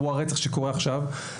אירוע רצח שקורה עכשיו,